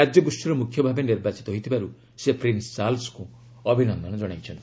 ରାଜ୍ୟଗୋଷୀର ମୁଖ୍ୟ ଭାବେ ନିର୍ବାଚିତ ହୋଇଥିବାରୁ ସେ ପ୍ରିନ୍ସ ଚାର୍ଲସ୍ଙ୍କୁ ଅଭିନନ୍ଦନ ଜଣାଇଛନ୍ତି